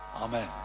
Amen